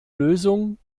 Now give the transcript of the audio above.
lösung